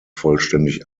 vollständig